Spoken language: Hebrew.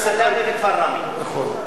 נכון.